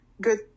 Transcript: good